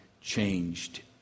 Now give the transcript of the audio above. changed